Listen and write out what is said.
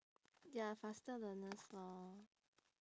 they are faster learners lor